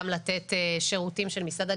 גם לתת שירותים של מסעדה,